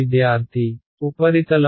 విద్యార్థి ఉపరితలం